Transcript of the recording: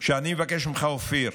אני אבקש ממך, אופיר,